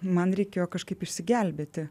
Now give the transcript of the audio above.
man reikėjo kažkaip išsigelbėti